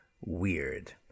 weird